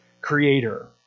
creator